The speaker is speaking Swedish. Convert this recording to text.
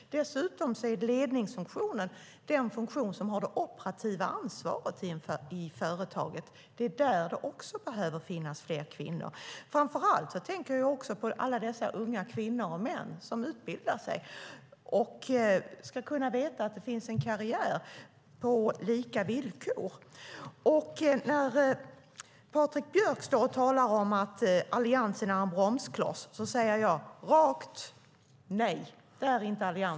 Dessutom är det ledningsfunktionen som har det operativa ansvaret i företaget. Där behöver det också finnas fler kvinnor. Framför allt tänker jag på alla dessa unga kvinnor och män som utbildar sig och ska kunna veta att det finns en karriär på lika villkor. När Patrik Björck står och talar om att Alliansen är en bromskloss svarar jag med ett rakt nej.